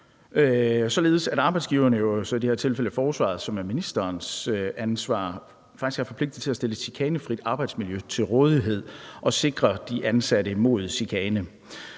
betyder, at arbejdsgiverne, som jo så i det her tilfælde er forsvaret, som er ministerens ansvar, faktisk er forpligtet til at stille et chikanefrit arbejdsmiljø til rådighed og sikre de ansatte mod chikane.